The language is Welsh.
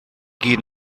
gyd